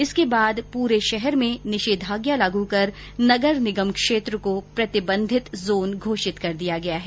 इसके बाद पूरे शहर में निषेधाज्ञा लागू कर नगर निगम क्षेत्र को प्रतिबंधित जोन घोषित कर दिया गया है